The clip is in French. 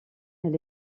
elle